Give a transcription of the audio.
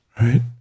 right